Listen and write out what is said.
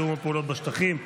תיאום הפעולות בשטחים,